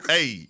Hey